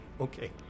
Okay